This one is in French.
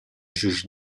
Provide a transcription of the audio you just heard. juge